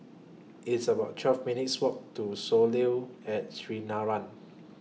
It's about twelve minutes' Walk to Soleil At Sinaran